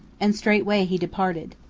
and straightway he departed.